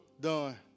Done